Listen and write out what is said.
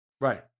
right